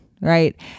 right